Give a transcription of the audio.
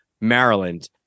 Maryland